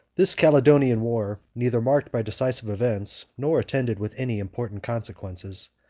this caledonian war, neither marked by decisive events, nor attended with any important consequences,